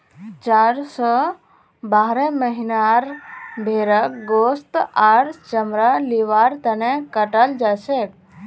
चार स बारह महीनार भेंड़क गोस्त आर चमड़ा लिबार तने कटाल जाछेक